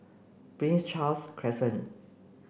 Prince Charles Crescent